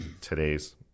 today's